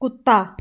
ਕੁੱਤਾ